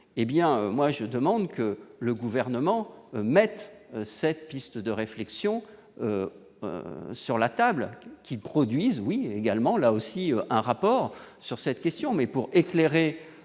je demande que le gouvernement mette cette piste de réflexion sur la table qui produisent oui également, là aussi, un rapport sur cette question mais pour éclairer